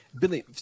Billy